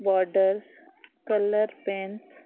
borders colour pens